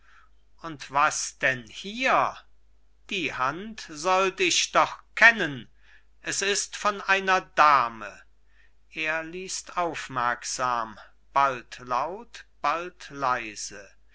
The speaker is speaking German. und was denn hier die hand sollt ich doch kennen es ist von einer dame er liest aufmerksam bald laut bald leise